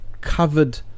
covered